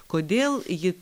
kodėl ji